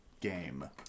game